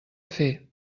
fer